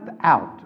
out